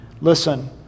Listen